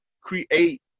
Create